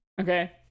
Okay